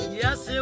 yes